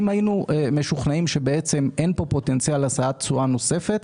אם היינו משוכנעים שאין פה פוטנציאל להשאת תשואה נוספת,